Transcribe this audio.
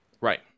right